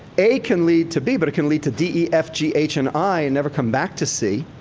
a can lead to b, but it can lead to d, e, f, g, h, and i and never come back to c.